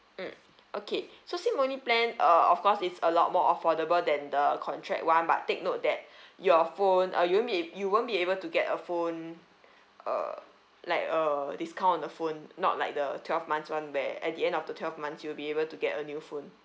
mm okay so SIM only plan uh of course it's a lot more affordable than the contract [one] but take note that your phone uh you won't be you won't be able to get a phone uh like a discount on the phone not like the twelve months [one] where at the end of the twelve months you'll be able to get a new phone